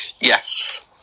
Yes